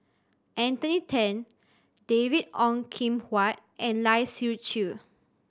Anthony Then David Ong Kim Huat and Lai Siu Chiu